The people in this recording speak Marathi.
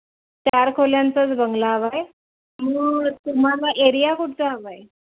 चार खोल्यांचाच बंगला हवा आहे मग तुम्हाला एरिया कुठचा हवा आहे